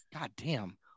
goddamn